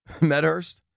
Medhurst